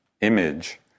image